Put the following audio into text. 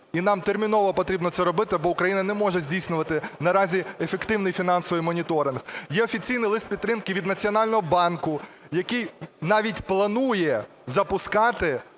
І нам терміново потрібно це робити, бо Україна не може здійснювати наразі ефективний фінансовий моніторинг. Є офіційний лист підтримки від Національного банку, який навіть планує запускати